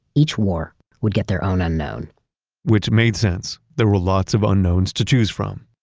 each war would get their own unknown which made sense. there were lots of unknowns to choose from.